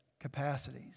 capacities